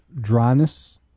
dryness